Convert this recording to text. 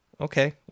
Okay